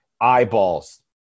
eyeballs